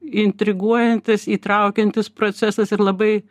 intriguojantis įtraukiantis procesas ir labai